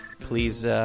please